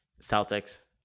Celtics